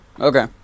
Okay